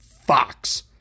Fox